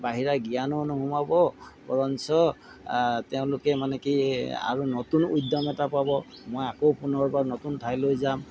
বাহিৰা জ্ঞানো নোসোমাব বৰঞ্চ তেওঁলোকে মানে কি আৰু নতুন উদ্যম এটা পাব মই আকৌ পুনৰ এখন নতুন ঠাইলৈ যাম